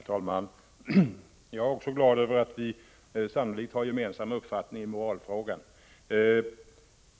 Herr talman! Också jag är glad över att vi sannolikt har en gemensam uppfattning i moralfrågan.